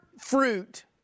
fruit